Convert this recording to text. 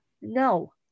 No